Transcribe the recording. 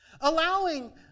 Allowing